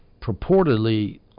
purportedly